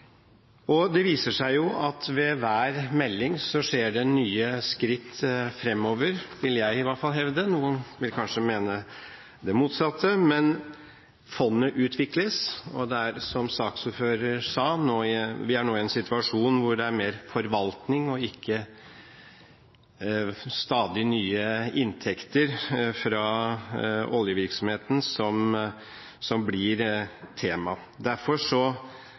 Det viser seg at ved hver melding går man nye skritt framover, det vil i hvert fall jeg hevde. Noen vil kanskje mene det motsatte. Men fondet utvikles, og vi er, som saksordføreren sa, nå i en situasjon hvor det er mer forvaltning og ikke stadig nye inntekter fra oljevirksomheten som blir tema. Derfor